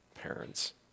parents